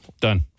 Done